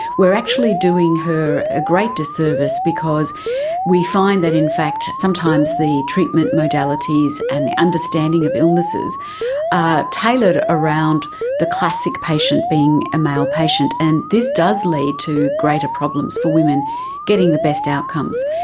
we are actually doing her a great disservice because we find that in fact sometimes the treatment modalities and the understanding of illnesses are tailored around the classic patient being a male patient, and this does lead to greater problems for women getting the best outcomes.